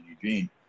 Eugene